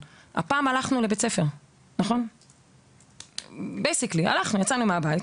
אבל כשאנחנו היינו ילדים,